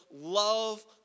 love